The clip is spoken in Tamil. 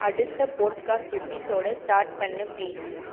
அடுத்த போட்காஸ்ட் எபிசோட ஸ்டார்ட் பண்ணு ப்ளீஸ்